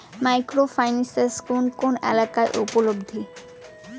Micro finance কোন কোন এলাকায় উপলব্ধ?